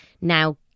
now